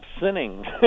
sinning